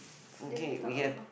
okay we have